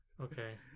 okay